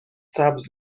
سبز